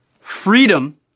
Freedom